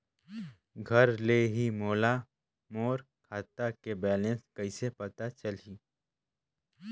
घर ले ही मोला मोर खाता के बैलेंस कइसे पता चलही?